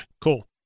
cool